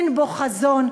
אין בו חזון,